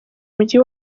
mujyi